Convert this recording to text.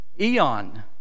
eon